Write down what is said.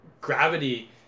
gravity